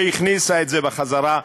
והכניסה את זה בחזרה.